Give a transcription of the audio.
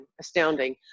astounding